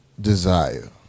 desire